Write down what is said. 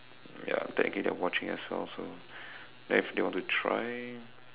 ya technically they are watching as well so then if they want to try